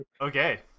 Okay